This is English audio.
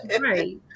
Right